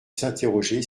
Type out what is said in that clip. s’interroger